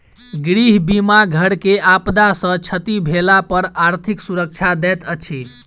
गृह बीमा घर के आपदा सॅ क्षति भेला पर आर्थिक सुरक्षा दैत अछि